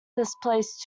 displaced